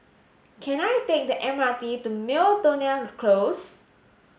can I take the M R T to Miltonia Close